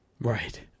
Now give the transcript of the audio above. Right